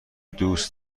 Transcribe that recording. دوست